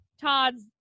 Todd's